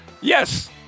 Yes